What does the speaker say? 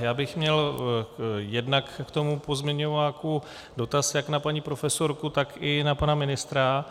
Já bych měl jednak k tomu pozměňováku dotaz jak na paní profesorku, tak i na pana ministra.